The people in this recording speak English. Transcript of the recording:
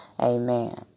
Amen